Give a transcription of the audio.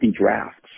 drafts